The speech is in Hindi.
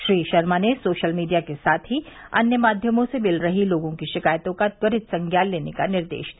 श्री शर्मा ने सोशल मीडिया के साथ ही अन्य माध्यमों से मिल रही लोगों की शिकायतों का त्वरित संज्ञान लेने का निर्देश दिया